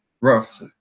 rough